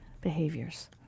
behaviors